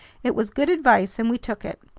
it was good advice and we took it.